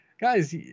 guys